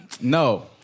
No